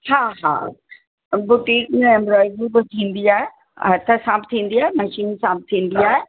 हा हा बुटीक में एम्ब्रॉइडरी बि थींदी आहे ऐं हथ सां बि थींदी आहे मशीन सां बि थींदी आहे